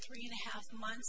three and a half months